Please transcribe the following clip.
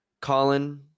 Colin